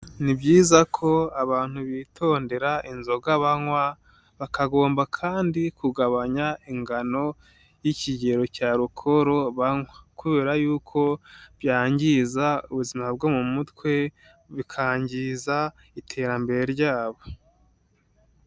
Ni byiza ko abantu bitondera inzoga banywa, bakagomba kandi kugabanya ingano y'ikigero cya alokoro banywa kubera yuko byangiza ubuzima bwo mu mutwe, bikangiza iterambere ryabo.